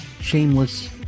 shameless